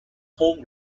home